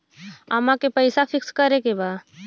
अमके पैसा फिक्स करे के बा?